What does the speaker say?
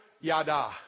yada